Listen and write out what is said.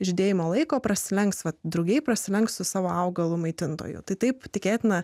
žydėjimo laiko prasilenks va drugiai prasilenks su savo augalo maitintojo tai taip tikėtina